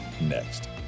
next